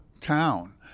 town